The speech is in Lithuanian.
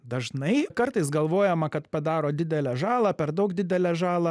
dažnai kartais galvojama kad padaro didelę žalą per daug didelę žalą